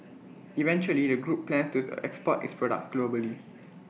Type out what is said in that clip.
eventually the group plans to export its products globally